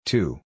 Two